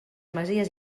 masies